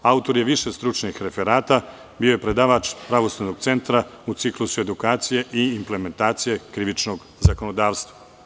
Autor je više stručnih referata, bio je predavač Pravosudnog centra u ciklusu edukacije i implementacije krivičnog zakonodavstva.